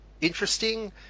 interesting